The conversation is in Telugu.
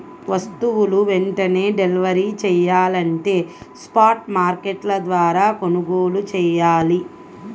వస్తువులు వెంటనే డెలివరీ చెయ్యాలంటే స్పాట్ మార్కెట్ల ద్వారా కొనుగోలు చెయ్యాలి